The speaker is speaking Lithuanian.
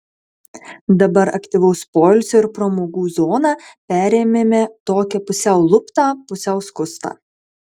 dabar aktyvaus poilsio ir pramogų zoną perėmėme tokią pusiau luptą pusiau skustą